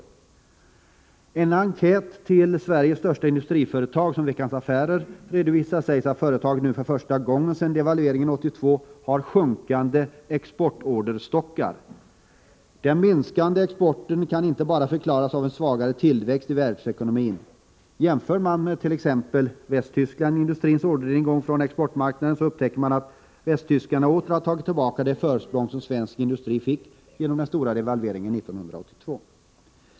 Och enligt en enkät till Sveriges största industriföretag som Veckans Affärer redovisat sägs att företagen nu för första gången sedan devalveringen 1982 har sjunkande exportorderstockar. Den minskade exporten kan inte bara förklaras av en svagare tillväxt i världsekonomin. Jämför man med t.ex. den västtyska industrins orderingång från exportmarknaderna upptäcker man att Västtyskland åter har tagit tillbaka det försprång som svensk industri fick genom den stora devalveringen 1982.